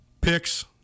picks